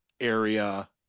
area